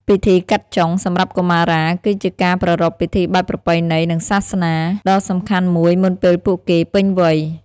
ពិធី "កាត់ចុង" សម្រាប់កុមារា គឺជាការប្រារព្ធពិធីបែបប្រពៃណី និងសាសនាដ៏សំខាន់មួយមុនពេលពួកគេពេញវ័យ។